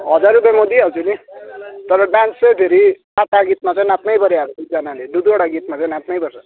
हजार रुपियाँ म दिइहाल्छु नि तर डान्स चाहिँ फेरि चारवटा गीतमा चाहिँ नाच्नै पर्यो अब दुईजनाले दु दुईवटा गीतमा चाहिँ नाच्नै पर्छ